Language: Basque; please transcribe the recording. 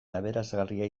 aberasgarria